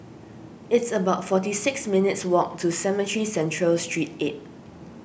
it's about forty six minutes' walk to Cemetry Central Street eight